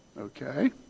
Okay